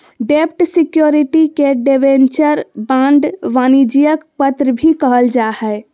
डेब्ट सिक्योरिटी के debenture, bond, वाणिज्यिक पत्र भी कहल जा हय